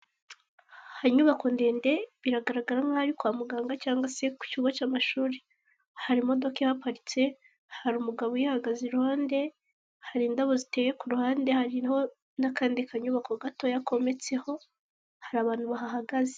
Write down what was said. Hari inyubako ndende biragaragara nkaho ari kwa muganga cyangwa se ku kigo cy'amashuri, hari imodoka ihaparitse, hari umugabo uyihagaze iruhande, hari indabo ziteye ku ruhande, hariho n'akandi kanyubako gato kometseho hari abantu bahahagaze.